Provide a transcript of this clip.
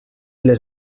les